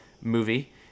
movie